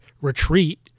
retreat